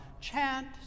chant